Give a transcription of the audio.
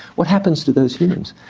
what happens to those humans?